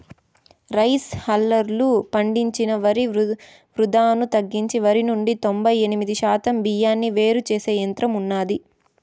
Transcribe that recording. rice హల్లర్లు పండించిన వరి వృధాను తగ్గించి వరి నుండి తొంబై ఎనిమిది శాతం బియ్యాన్ని వేరు చేసే యంత్రం ఉన్నాది